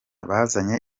bazanye